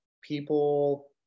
people